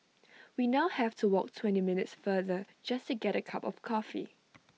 we now have to walk twenty minutes farther just to get A cup of coffee